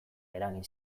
eragin